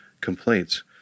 complaints